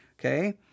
Okay